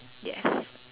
ya